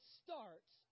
starts